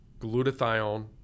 glutathione